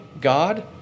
God